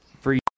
Free